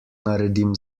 naredim